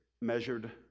measured